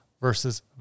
versus